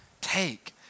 Take